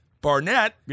barnett